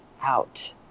out